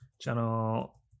Channel